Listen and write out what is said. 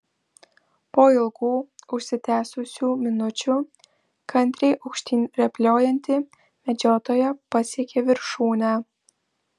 po ilgų užsitęsusių minučių kantriai aukštyn rėpliojanti medžiotoja pasiekė viršūnę